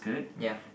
ya